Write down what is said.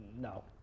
no